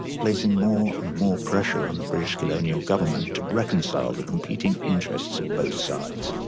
placing more and more pressure on the british colonial government to reconcile the competing interests of both sides.